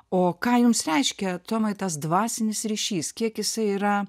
o ką jums reiškia tomai tas dvasinis ryšys kiek jisai yra